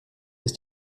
ist